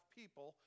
people